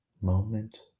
Moment